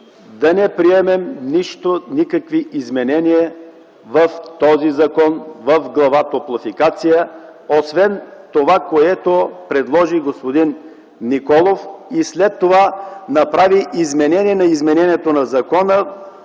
да не приемем никакви изменения в този закон в глава „Топлофикация” освен това, което предложи господин Николов и след това направи изменение на изменението на закона